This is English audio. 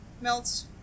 melts